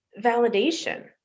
validation